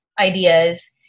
ideas